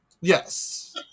Yes